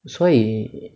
所以